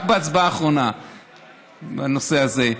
רק בהצבעה האחרונה בנושא הזה.